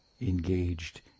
engaged